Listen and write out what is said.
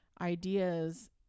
ideas